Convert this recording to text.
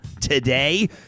today